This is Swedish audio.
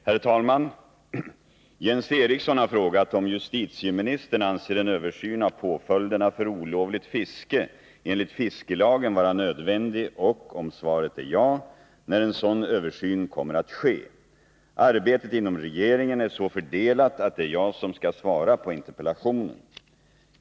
Herr talman! Jens Eriksson har frågat om justitieministern anser en översyn av påföljderna för olovligt fiske enligt fiskelagen vara nödvändig och, om svaret är ja, när en sådan översyn kommer att ske. Arbetet inom regeringen är så fördelat att det är jag som skall svara på interpellationen.